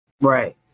right